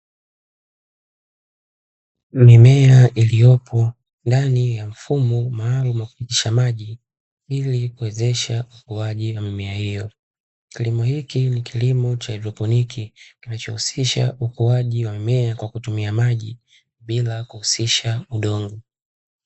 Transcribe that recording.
Mimea iliyopo ndani ya mfumo maalumu wa kupitisha maji ili kuwezesha ukuaji wa mimea hiyo. kilimo hiki ni kilimo cha haidroponi, kinachohusisha ukuaji wa mimea kwa kutumia maji bila kuhusisha udongo.